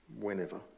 whenever